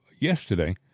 yesterday